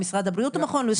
משרד הבריאות או מכון לואיס?